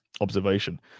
observation